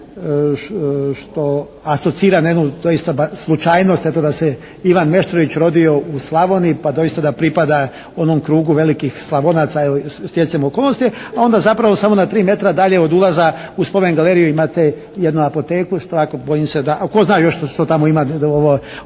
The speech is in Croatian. što asocira na jednu doista slučajnost eto da se Ivan Meštrović rodio u Slavoniji. Pa doista da pripada onom krugu velikih Slavonaca, evo i stjecajem okolnosti. A onda zapravo samo na tri metra dalje od ulaza u spomen galeriju imate jednu apoteku, ovako bojim se da, a tko zna još što tamo imate ovo